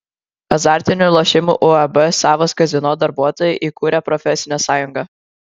azartinių lošimų uab savas kazino darbuotojai įkūrė profesinę sąjungą